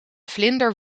vlinder